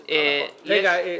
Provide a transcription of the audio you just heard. רגע,